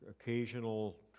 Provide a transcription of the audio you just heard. occasional